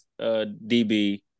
DB